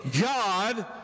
God